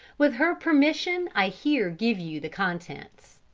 with her permission, i here give you the contents